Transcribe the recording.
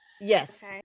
Yes